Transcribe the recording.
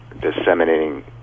disseminating